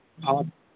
ᱦᱳᱭ